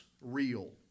real